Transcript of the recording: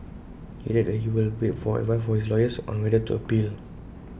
he added that he will wait for advice from his lawyers on whether to appeal